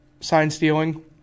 sign-stealing